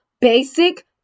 basic